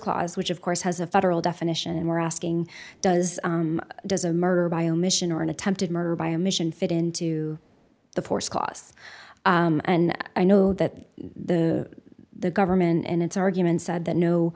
clause which of course has a federal definition and we're asking does does a murder by omission or an attempted murder by omission fit into the force costs and i know that the the government in its argument said that no